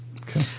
okay